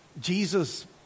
Jesus